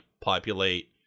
populate